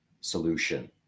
solution